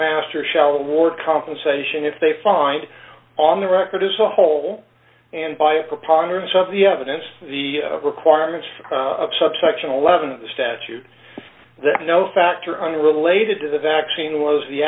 master shall award compensation if they find on the record as a whole and by a preponderance of the evidence the requirements for a subsection eleven statute that no factor unrelated to the vaccine was the